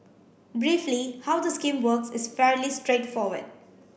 briefly how the scheme works is fairly straightforward